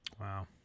Wow